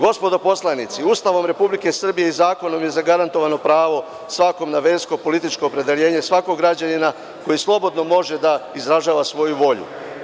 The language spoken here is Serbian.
Gospodo poslanici, Ustavom Republike Srbije i zakonom je zagarantovano pravo svakog na versko i političko opredeljenje, svakog građanina koji slobodno može da izražava svoju volju.